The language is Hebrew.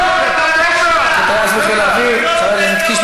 הוא טייס בחיל האוויר, כרגע הוא מטיס.